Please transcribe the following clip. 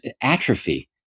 atrophy